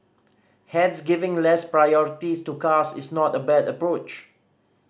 Hence giving less priority to cars is not a bad approach